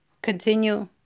Continue